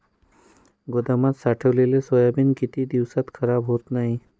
गोदामात साठवलेले सोयाबीन किती दिवस खराब होत नाही?